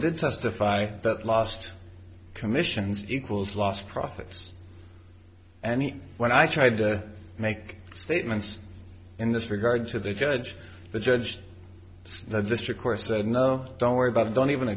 did testify that last commissions equals lost profits and he when i tried to make statements in this regard to the judge the judge said the district court said no don't worry about it don't even